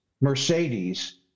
Mercedes